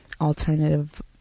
alternative